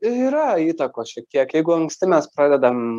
yra įtakos šiek tiek jeigu anksti mes pradedam